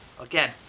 Again